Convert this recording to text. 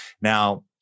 Now